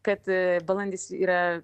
kad balandis yra